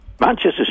Manchester